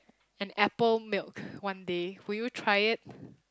an apple milk one day will you try it